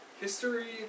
history